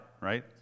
right